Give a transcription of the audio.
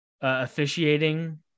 officiating